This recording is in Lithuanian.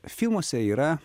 filmuose yra